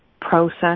process